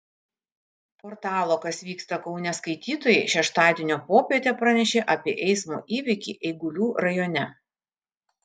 portalo kas vyksta kaune skaitytojai šeštadienio popietę pranešė apie eismo įvykį eigulių rajone